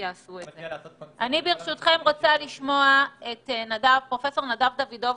אני רוצה לשמוע את פרופסור נדב דוידוביץ',